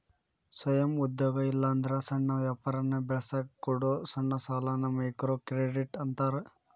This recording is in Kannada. ಸ್ವಯಂ ಉದ್ಯೋಗ ಇಲ್ಲಾಂದ್ರ ಸಣ್ಣ ವ್ಯಾಪಾರನ ಬೆಳಸಕ ಕೊಡೊ ಸಣ್ಣ ಸಾಲಾನ ಮೈಕ್ರೋಕ್ರೆಡಿಟ್ ಅಂತಾರ